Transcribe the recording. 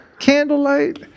Candlelight